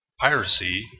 piracy